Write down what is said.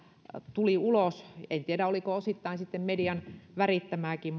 tuli ulos en tiedä oliko osittain median värittämääkin